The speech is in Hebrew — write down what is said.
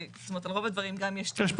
זאת אומרת על רוב הדברים גם יש --- יש פה